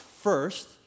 First